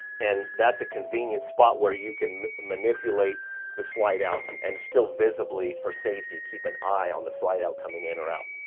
and that's a convenient spot where you can manipulate the slide-out and still visibly, for safety, keep an eye on the slide-out, coming in or out.